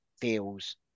feels